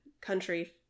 country